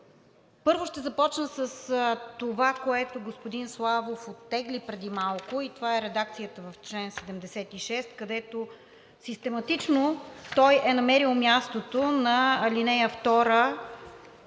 Първо ще започна с това, което господин Славов оттегли преди малко, и това е редакцията в чл. 76, където систематично той е намерил мястото на ал. 2,